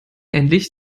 endlich